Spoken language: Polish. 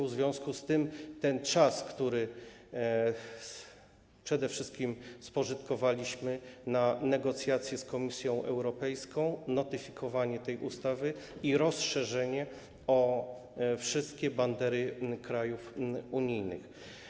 W związku z tym był ten czas, który przede wszystkim spożytkowaliśmy na negocjacje z Komisją Europejską, notyfikowanie tej ustawy i rozszerzenie o wszystkie bandery krajów unijnych.